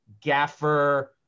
gaffer